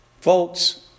Folks